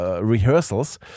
Rehearsals